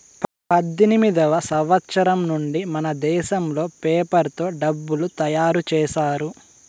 పద్దెనిమిదివ సంవచ్చరం నుండి మనదేశంలో పేపర్ తో డబ్బులు తయారు చేశారు